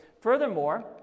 Furthermore